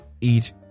eat